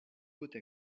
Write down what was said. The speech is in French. côte